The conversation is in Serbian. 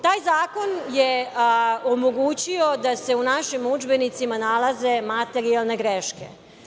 Taj Zakon je omogućio da se u našim udžbenicima nalaze materijalne greške.